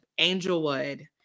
Angelwood